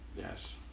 Yes